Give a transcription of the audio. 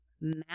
map